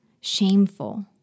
shameful